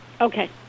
Okay